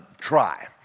try